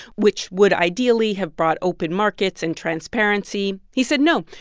which would ideally have brought open markets and transparency. he said, no,